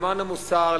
למען המוסר,